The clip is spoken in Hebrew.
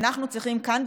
אנחנו צריכים כאן,